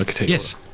Yes